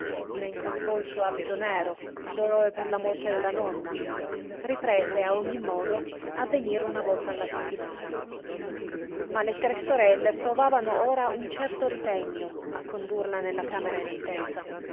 scusò ne incolpò il suo abito nero il dolore per la morte della nonna riprese a ogni modo a venire una volta la settimana ma le tre sorelle provavano ora un certo ritegno a condurla nella camera in attesa